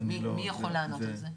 מי יכול לענות על זה?